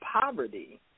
poverty